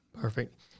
Perfect